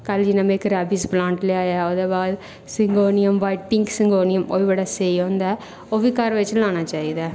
कल जियां में इक राबीज़ प्लांट लेआया ओह्दे बाद सीगोनीयम व्हाइट सीगोनीयम ओह् बी बड़ा स्हेई होंदा ऐ ओह् बी घर बिच्च लाना चाहिदा ऐ